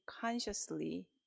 consciously